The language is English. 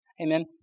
Amen